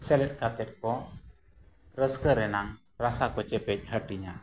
ᱥᱮᱞᱮᱫ ᱠᱟᱛᱮᱫ ᱠᱚ ᱨᱟᱹᱥᱠᱟᱹ ᱨᱮᱱᱟᱝ ᱨᱟᱥᱟᱠᱚ ᱪᱮᱯᱮᱡ ᱦᱟᱹᱴᱤᱧᱟ